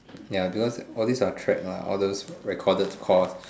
ya because all these are track ah all these recorded cost